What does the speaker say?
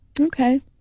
Okay